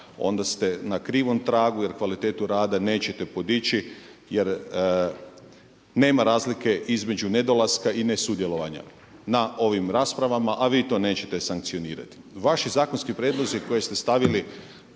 onda ste na krivom tragu jer kvalitetu rada nećete podići jer nema razlike između nedolaska i ne sudjelovanja na ovim raspravama a vi to nećete sankcionirati. Vaši zakonski prijedlozi koje ste stavili